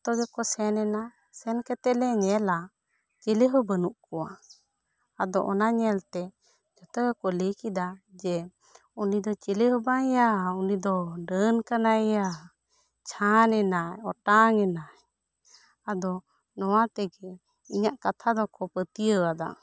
ᱡᱚᱛᱚ ᱜᱮᱠᱚ ᱥᱮᱱ ᱮᱱᱟ ᱥᱮᱱ ᱠᱟᱛᱮᱫ ᱞᱮ ᱧᱮᱞᱟ ᱪᱤᱞᱤ ᱦᱚᱸ ᱵᱟᱹᱱᱩᱜ ᱠᱚᱣᱟ ᱟᱫᱚ ᱚᱱᱟ ᱧᱮᱞ ᱛᱮ ᱡᱚᱛᱚ ᱜᱮᱠᱚ ᱞᱟᱹᱭ ᱠᱮᱫᱟ ᱪᱤᱞᱤ ᱦᱚᱸ ᱵᱟᱝ ᱭᱟ ᱩᱱᱤ ᱫᱚᱭ ᱰᱟᱹᱱ ᱠᱟᱱᱟᱭ ᱪᱷᱟᱱ ᱮᱱᱟᱭ ᱚᱴᱟᱝ ᱮᱱᱟᱭ ᱟᱫᱚ ᱱᱚᱶᱟ ᱛᱮᱜᱮ ᱤᱧᱟᱜ ᱠᱟᱛᱷᱟ ᱫᱚ ᱠᱚ ᱯᱟᱹᱛᱭᱟᱹᱣ ᱟᱫᱟ